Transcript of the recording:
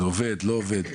זה עובד לא עובד?